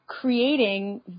creating